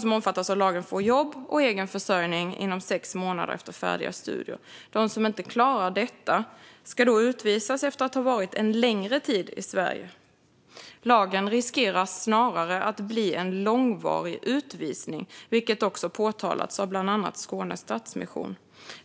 som omfattas av lagen få jobb och egen försörjning inom sex månader efter färdiga studier. De som inte klarar detta ska då utvisas efter att ha varit en längre tid i Sverige. Lagen riskerar snarare att bli en långvarig utvisning, vilket också påtalats av bland andra Skåne Stadsmission.